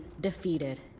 defeated